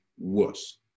worse